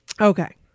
Okay